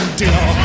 dear